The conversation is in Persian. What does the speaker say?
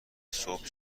صبحی